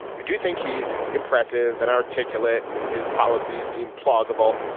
i do think he's impressive and articulate and his policies seem plausible.